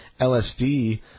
LSD